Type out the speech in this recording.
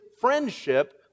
friendship